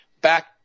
back